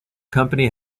company